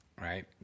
right